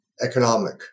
economic